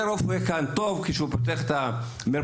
הרופא הזה הוא טוב כשהוא פותח מרפאה